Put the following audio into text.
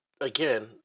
again